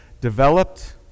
developed